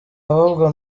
ahubwo